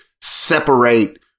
separate